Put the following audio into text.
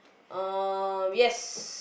um yes